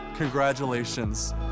Congratulations